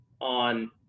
on